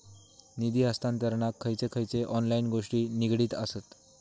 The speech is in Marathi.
निधी हस्तांतरणाक खयचे खयचे ऑनलाइन गोष्टी निगडीत आसत?